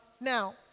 Now